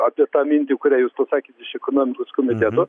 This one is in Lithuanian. apie tą mintį kurią jūs pasakėt iš ekonomikos komiteto